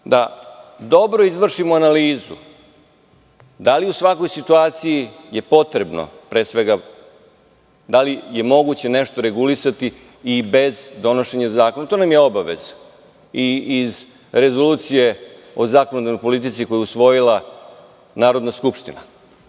da dobro izvršimo analizu da li je u svakoj situaciji potrebno i moguće nešto regulisati i bez donošenja zakona? Jer, to nam je obaveza, i iz Rezolucije o zakonodavnoj politici, koju je usvojila Narodna skupština.